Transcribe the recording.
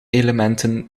elementen